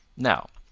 now,